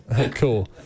Cool